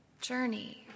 journey